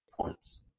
points